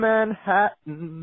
Manhattan